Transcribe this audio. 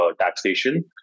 taxation